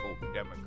Democrat